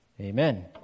Amen